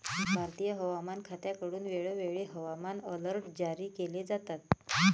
भारतीय हवामान खात्याकडून वेळोवेळी हवामान अलर्ट जारी केले जातात